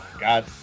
God